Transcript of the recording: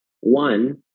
One